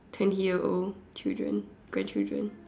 twenty year old children grandchildren